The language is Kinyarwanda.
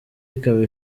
ikaba